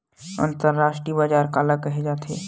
अंतरराष्ट्रीय बजार काला कहे जाथे?